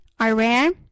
Iran